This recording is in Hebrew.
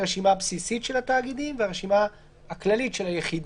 המבחן הוא רק לרשימה הבסיסית של התאגידים ולרשימה הכללית של היחידים,